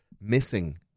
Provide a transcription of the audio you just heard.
missing